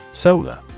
Solar